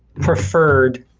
preferred,